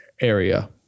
area